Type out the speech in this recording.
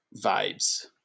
vibes